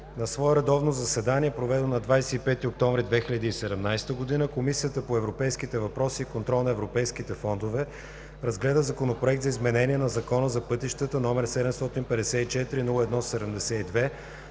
На свое редовно заседание, проведено на 25 октомври 2017 г., Комисията по европейските въпроси и контрол на европейските фондове разгледа Законопроект за изменение на Закона за пътищата, № 754-01-72,